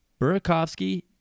Burakovsky